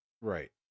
right